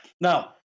Now